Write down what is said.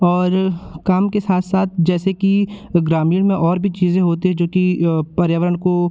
और काम के साथ साथ जैसे कि ग्रामीण में और भी चीज़ें होते जो कि पर्यावरण को